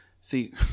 See